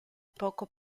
poco